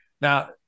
Now